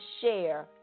share